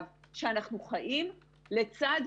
אנחנו יכולים לבודד אותם,